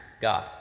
God